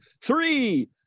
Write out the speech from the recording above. three